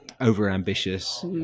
over-ambitious